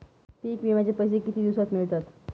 पीक विम्याचे पैसे किती दिवसात मिळतात?